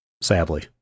Sadly